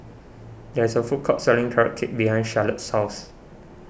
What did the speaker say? there is a food court selling Carrot Cake behind Charlottie's house